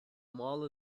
mall